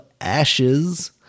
Ashes